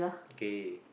day